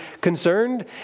concerned